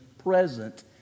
Present